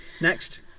Next